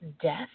Death